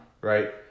Right